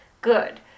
good